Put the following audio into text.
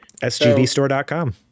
SGBstore.com